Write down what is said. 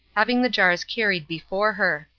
having the jars carried before her.